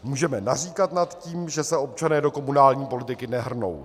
Můžeme naříkat nad tím, že se občané do komunální politiky nehrnou.